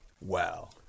Wow